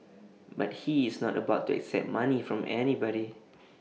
but he is not about to accept money from anybody